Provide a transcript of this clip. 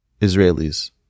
Israelis